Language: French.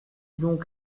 donc